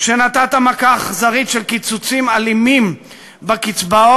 כשנתת מכה אכזרית של קיצוצים אלימים בקצבאות